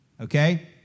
okay